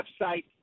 website